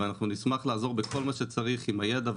ואנחנו נשמח לעזור בכל מה שצריך עם הידע,